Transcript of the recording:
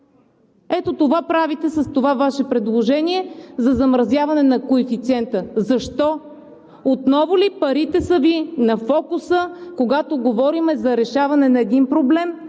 Ето това правите с това Ваше предложение за замразяване на коефициента. Защо? Отново ли парите са Ви на фокуса, когато говорим за решаване на един проблем